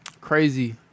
crazy